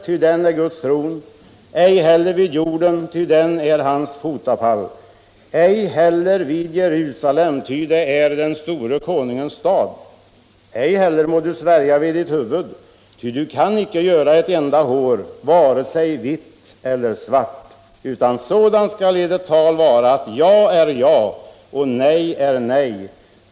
ty den är ”Guds tron", ej heller vid jorden, ty den är ”hans fotapall”, ej heller vid Jerusalem, ty det är ”den store konungens stad”; ej heller må du svärja vid ditt huvud, ty du kan icke göra ett enda hår vare sig vitt eller svart; utan sådant skall edert tal vara, att ja är ja, och nej är nej.